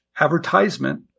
advertisement